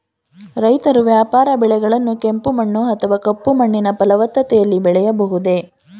ರೈತರು ವ್ಯಾಪಾರ ಬೆಳೆಗಳನ್ನು ಕೆಂಪು ಮಣ್ಣು ಅಥವಾ ಕಪ್ಪು ಮಣ್ಣಿನ ಫಲವತ್ತತೆಯಲ್ಲಿ ಬೆಳೆಯಬಹುದೇ?